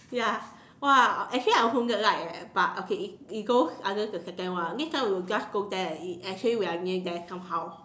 ya !wah! actually I also like eh but okay it it goes under the second one next time we will just go there and eat actually we are near there somehow